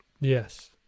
Yes